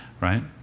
right